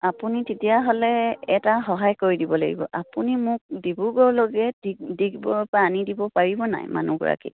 আপুনি তেতিয়াহ'লে এটা সহায় কৰি দিব লাগিব আপুনি মোক ডিব্ৰুগড়লৈকে ডিগ ডিগবৈৰপৰা আনি দিব পাৰিব নাই মানুহগৰাকীক